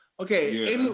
Okay